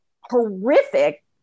horrific